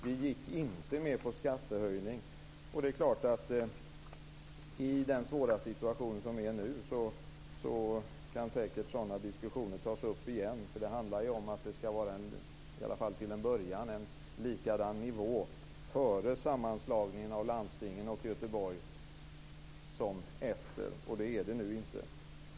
Vi gick inte med på skattehöjning. Det är klart att sådana diskussioner säkert kan tas upp igen i den svåra situation som är nu. Det handlar om att det i alla fall till en början ska vara samma nivå efter sammanslagningen av landstingen och Göteborg som före. Det är det nu inte.